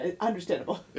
Understandable